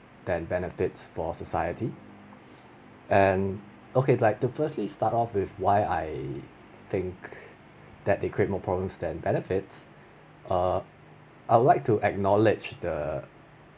than benefits for society and okay like to firstly start off with why I think that it create problems more than benefits err I would like to acknowledge the